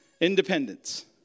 Independence